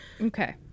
Okay